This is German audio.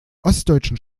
ostdeutschen